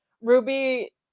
Ruby